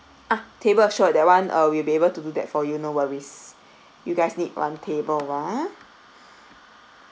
ah table sure that [one] uh will be able to do that for you no worries you guys need one table ah